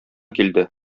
килде